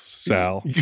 Sal